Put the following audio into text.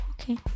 Okay